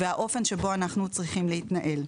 והאופן בו אנחנו צריכים להתנהל.